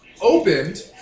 opened